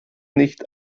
nicht